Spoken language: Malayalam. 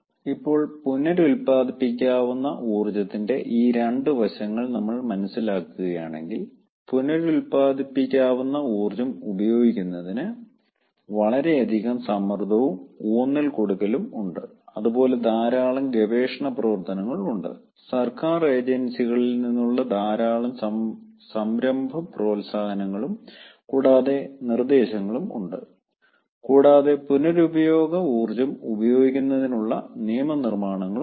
ഇപ്പോൾ പുനരുൽപ്പാദിപ്പിക്കാവുന്ന ഊർജ്ജത്തിന്റെ ഈ 2 വശങ്ങൾ നമ്മൾ മനസ്സിലാക്കുകയാണെങ്കിൽ പുനരുപയോഗിക്കാവുന്ന ഊർജ്ജം ഉപയോഗിക്കുന്നതിന് വളരെയധികം സമ്മർദ്ദവുംഊന്നൽ കൊടുക്കലും ഉണ്ട് അതുപോലെ ധാരാളം ഗവേഷണ പ്രവർത്തനങ്ങൾ ഉണ്ട് സർക്കാർ ഏജൻസികളിൽ നിന്നുള്ള ധാരാളം സംരംഭ പ്രോത്സാഹനങ്ങളും കൂടാതെ നിർദ്ദേശങ്ങളും ഉണ്ട് കൂടാതെ പുനരുപയോഗ ഊർജ്ജം ഉപയോഗിക്കുന്നതിനുള്ള നിയമനിർമ്മാണങ്ങളും ഉണ്ട്